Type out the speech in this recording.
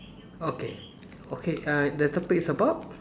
okay okay uh the topic is about